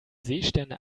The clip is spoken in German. seesterne